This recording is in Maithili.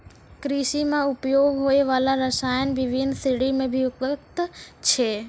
कृषि म उपयोग होय वाला रसायन बिभिन्न श्रेणी म विभक्त छै